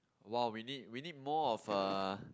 !wow! we need we need more of uh